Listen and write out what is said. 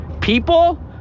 people